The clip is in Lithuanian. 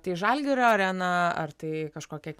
tai žalgirio arena ar tai kažkokia kita vieta